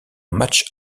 matchs